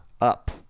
up